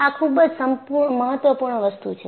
આ ખૂબ જ મહત્વપૂર્ણ વસ્તુ છે